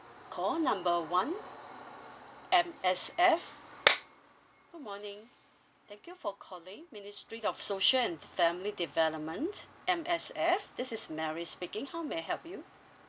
call number one M_S_F good morning thank you for calling ministry of social and family development M_S_F this is mary speaking how may I help you